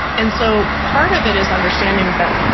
and so part of it is understanding that